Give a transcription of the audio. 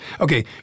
Okay